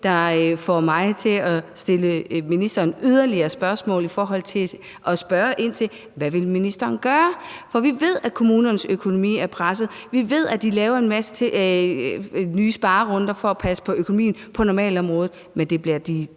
der får mig til at stille ministeren yderligere spørgsmål om, hvad ministeren vil gøre. For vi ved, at kommunernes økonomi er presset, og vi ved, at de laver en masse nye sparerunder for at passe på økonomien på normalområdet. Men det bliver de